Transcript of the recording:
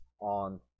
on